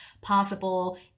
possible